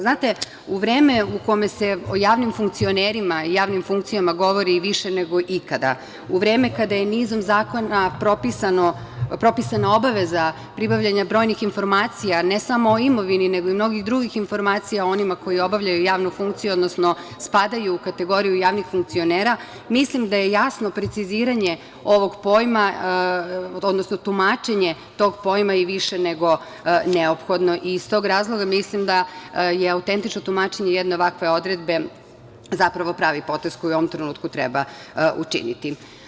Znate, u vreme u kome se o javnim funkcionerima i javnim funkcijama govori i više nego ikada, u vreme kada je nizom zakona propisana obaveza pribavljanja brojnih informacija ne samo o imovini, nego i mnogih drugih informacija o onima koji obavljaju javnu funkciju, odnosno spadaju u kategoriju javnih funkcionera, mislim da je jasno tumačenje ovog pojma i više nego neophodno i iz tog razloga mislim da je autentično tumačenje jedne ovakve odredbe zapravo pravi potez koji u ovom trenutku treba učiniti.